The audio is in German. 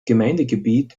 gemeindegebiet